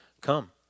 Come